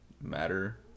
Matter